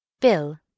Bill